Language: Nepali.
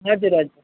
हजुर हजुर